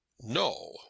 No